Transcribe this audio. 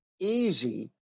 easy